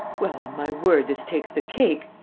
well, on my word, this takes the cake!